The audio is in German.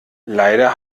leider